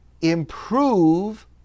improve